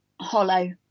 hollow